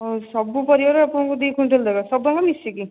ହଉ ସବୁ ପରିବାରୁ ଆପଣଙ୍କୁ ଦୁଇ କୁଇଣ୍ଟାଲ୍ ଦରକାର ସବୁଯାକ ମିଶିକି